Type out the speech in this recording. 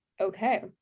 Okay